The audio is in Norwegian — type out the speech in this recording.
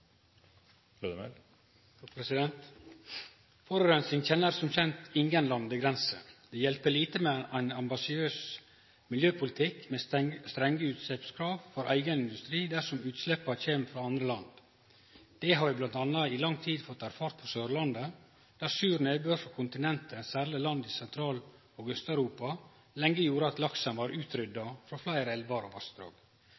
hjelper lite med ein ambisiøs miljøpolitikk med strenge utsleppskrav for eigen industri dersom utsleppa kjem frå andre land. Det har vi m.a. i lang tid erfart på Sørlandet, der sur nedbør frå kontinentet, særleg frå land i Sentral- og Aust-Europa, lenge gjorde at laksen var